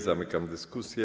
Zamykam dyskusję.